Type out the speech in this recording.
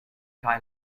kaj